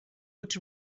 would